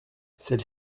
celle